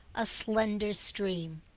a slender stream.